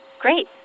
Great